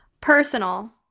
personal